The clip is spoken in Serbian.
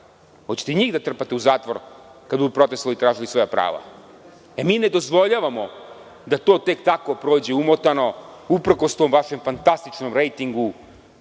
dana. Hoćete njih da trpate u zatvor kada budu u protestu tražili svoja prava. E, mi ne dozvoljavamo da to tek tako prođe umotano uprkos tom vašem fantastičnom rejtignu